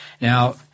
now